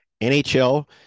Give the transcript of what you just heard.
NHL